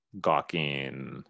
gawking